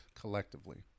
collectively